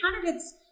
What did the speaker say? candidates